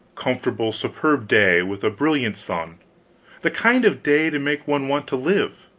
comfortable, superb day, with a brilliant sun the kind of day to make one want to live,